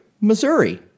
Missouri